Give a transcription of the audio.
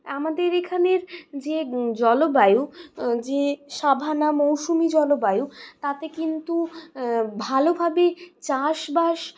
আমাদের এখানের যে জলবায়ু যে সাভানা মৌসুমি জলবায়ু তাতে কিন্তু ভালো ভাবেই চাষ বাস